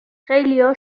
خیلیا